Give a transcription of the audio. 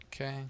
Okay